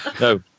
No